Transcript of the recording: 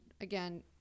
again